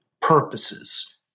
purposes